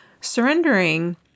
Surrendering